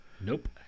Nope